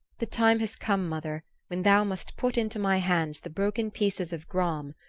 the time has come, mother, when thou must put into my hands the broken pieces of gram,